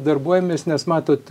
darbuojamės nes matot